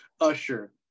Usher